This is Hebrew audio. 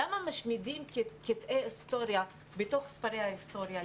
למה משמידים קטעי היסטוריה בתוך ספרי ההיסטוריה?